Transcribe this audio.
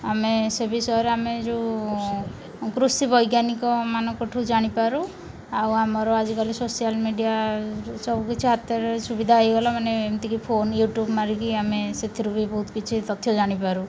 ଆମେ ସେ ବିଷୟରେ ଆମେ ଯୋଉ କୃଷି ବୈଜ୍ଞାନିକ ମାନଙ୍କଠୁ ଜାଣିପାରୁ ଆଉ ଆମର ଆଜିକାଲି ସୋସିଆଲ୍ ମିଡ଼ିଆ ସବୁକିଛି ହାତରେ ସୁବିଧା ହେଇଗଲା ମାନେ ଏମିତିକି ଫୋନ୍ ୟୁଟ୍ୟୁବ୍ ମାରିକି ଆମେ ସେଥିରୁ ବି ବହୁତ କିଛି ତଥ୍ୟ ଜାଣିପାରୁ